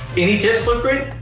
any tips, flipgrid?